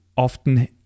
Often